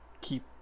keep